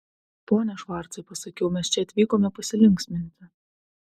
pone švarcai pasakiau mes čia atvykome pasilinksminti